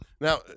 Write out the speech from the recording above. Now